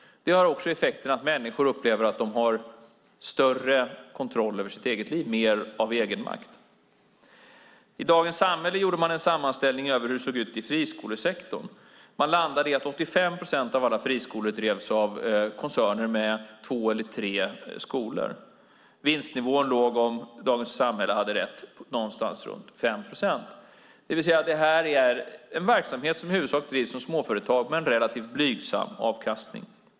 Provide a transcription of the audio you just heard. Det har också den effekten att människor upplever att de har större kontroll över sitt eget liv, mer egenmakt. Dagens Samhälle gjorde en sammanställning över hur det såg ut i friskolesektorn. Man landade i att 85 procent av alla friskolor drevs av koncerner med två eller tre skolor. Vinstnivån låg, om Dagens Samhälle har rätt, någonstans runt 5 procent. Det är alltså en verksamhet som i huvudsak drivs som småföretag med en relativt blygsam avkastning.